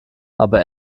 aber